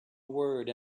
word